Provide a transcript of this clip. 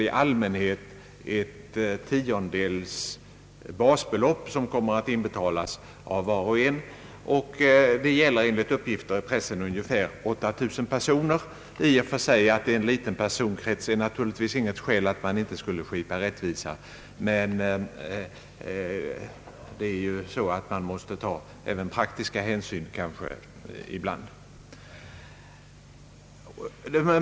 I allmänhet har var och en att inbetala ett tiondels basbelopp och enligt uppgifter i pressen berörs i allt ungefär 8000 personer. Att det gäller en liten krets är i och för sig inget skäl för att man inte skulle skipa rättvisa, men man måste ta praktiska hänsyn ibland.